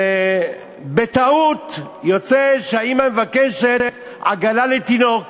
ובטעות יוצא שהאימא מבקשת עגלה לתינוק